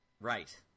Right